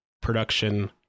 production